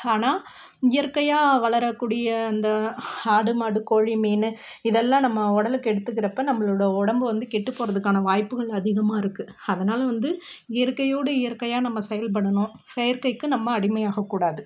ஆனால் இயற்கையாக வளரக்கூடிய அந்த ஆடு மாடு கோழி மீன் இதெல்லாம் நம்ம உடலுக்கு எடுத்துக்கிறப்போ நம்மளோட உடம்பு வந்து கெட்டு போகிறதுக்கான வாய்ப்புகள் அதிகமாக இருக்குது அதனால் வந்து இயற்கையோடு இயற்கையாக நம்ம செயல்படணும் செயற்கைக்கு நம்ம அடிமை ஆகக்கூடாது